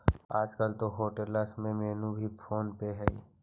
आजकल तो होटेल्स में मेनू भी फोन पे हइ